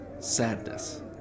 Sadness